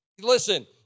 listen